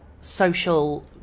social